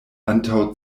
antaŭ